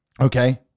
Okay